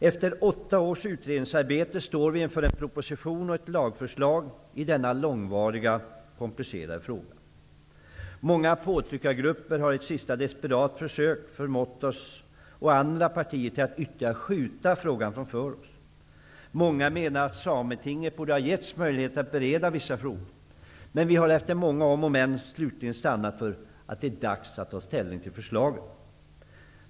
Efter åtta års utredningsarbete står vi inför en proposition och ett lagförslag i denna långvariga och komplicerade fråga. Många påtryckargrupper har gjort ett sista desperat försök att förmå oss och andra partier att ytterligare skjuta frågan framför oss. Många menar att Sametinget borde ha getts möjlighet att bereda vissa frågor, men vi har efter många om och men slutligen stannat för att det nu är dags att ta ställning till förslaget.